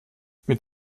mit